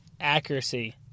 accuracy